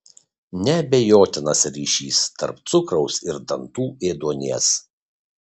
neabejotinas ryšys tarp cukraus ir dantų ėduonies